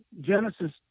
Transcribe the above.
Genesis